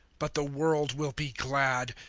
but the world will be glad.